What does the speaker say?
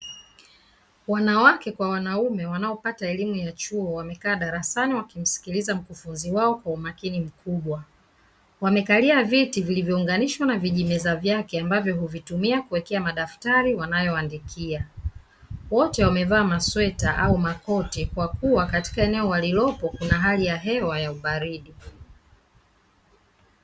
Wanawake kwa wanaume wanaopata elimu ya chuo wamekaa darasani wakimsikiliza mkufunzi wao kwa umakini mkubwa. Wamekalia viti vilivyounganishwa na vijimeza vyake ambavyo huvitumia kuwekea madaftari wanayoandikia. Wote wamevaa masweta au makoti kwa kuwa katika eneo walilopo kuna hali ya hewa ya ubaridi.